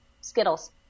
Skittles